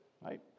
right